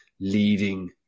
leading